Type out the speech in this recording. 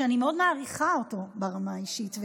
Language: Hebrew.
שאני מאוד מעריכה אותו ברמה האישית ומחבבת,